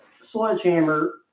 sledgehammer